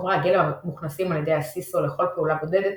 בחומרי הגלם המוכנסים על ידי ה-CISO לכל פעולה בודדת